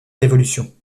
révolution